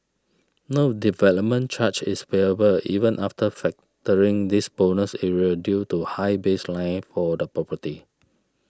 no development charge is payable even after factoring this bonus area due to high baseline for the property